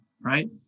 right